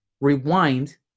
Rewind